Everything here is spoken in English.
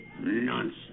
Nonsense